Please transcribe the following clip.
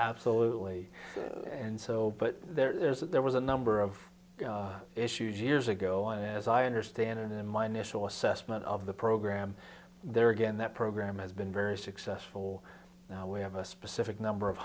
absolutely and so but there's a there was a number of issues years ago i as i understand it in my national assessment of the program there again that program has been very successful now we have a specific number of